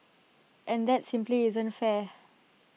and that simply isn't fair